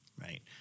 right